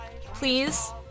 Please